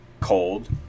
cold